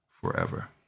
forever